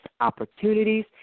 opportunities